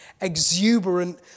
exuberant